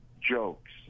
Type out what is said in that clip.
jokes